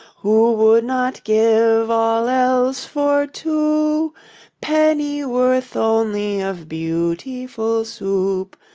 who would not give all else for two pennyworth only of beautiful soup?